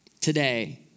Today